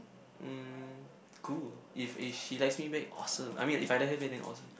mm cool if eh she likes me back awesome I mean if I like her back then awesome